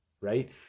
right